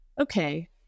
okay